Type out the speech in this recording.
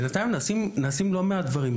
אז נעשים בינתיים לא מעט דברים.